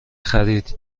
خرید